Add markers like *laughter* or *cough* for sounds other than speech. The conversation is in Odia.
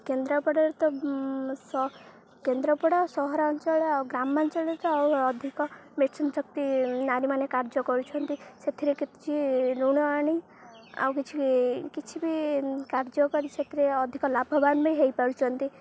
କେନ୍ଦ୍ରାପଡ଼ାରେ ତ *unintelligible* କେନ୍ଦ୍ରାପଡ଼ା ଆଉ ସହରାଞ୍ଚଳ ଆଉ ଗ୍ରାମାଞ୍ଚଳରେ ତ ଆଉ ଅଧିକ ମିଶନ ଶକ୍ତି ନାରୀମାନେ କାର୍ଯ୍ୟ କରୁଛନ୍ତି ସେଥିରେ କିଛି ଋଣ ଆଣି ଆଉ କିଛି କିଛି ବି କାର୍ଯ୍ୟ କରି ସେଥିରେ ଅଧିକ ଲାଭବାନ ବି ହେଇପାରୁଛନ୍ତି